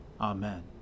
Amen